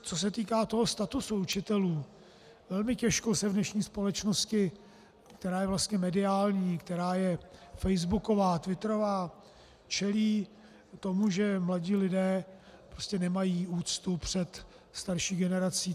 Co se týká statusu učitelů, velmi těžko se v dnešní společnosti, která je vlastně mediální, která je facebooková, twiterová, čelí tomu, že mladí lidé prostě nemají úctu před starší generací.